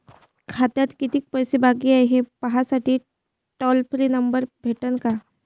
खात्यात कितीकं पैसे बाकी हाय, हे पाहासाठी टोल फ्री नंबर भेटन का?